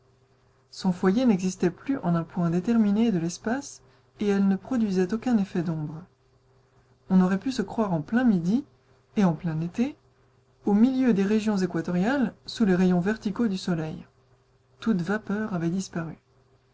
son foyer n'existait plus en un point déterminé de l'espace et elle ne produisait aucun effet d'ombre on aurait pu se croire en plein midi et on plein été au milieu des régions équatoriales sous les rayons verticaux du soleil toute vapeur avait disparu